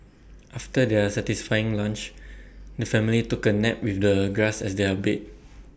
after their satisfying lunch the family took A nap with the grass as their bed